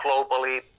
globally